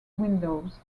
windows